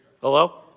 Hello